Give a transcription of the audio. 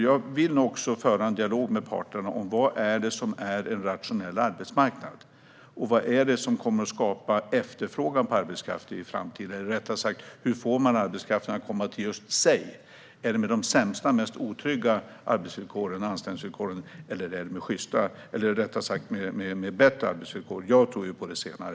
Jag vill föra en dialog med parterna om vad som är en rationell arbetsmarknad och vad som kommer att skapa efterfrågan på arbetskraft i framtiden eller, rättare sagt, hur man får arbetskraften att komma just till en själv. Är det med de sämsta och mest otrygga arbets och anställningsvillkoren, eller är det med bättre arbetsvillkor? Jag tror på det senare.